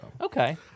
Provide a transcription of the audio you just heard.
Okay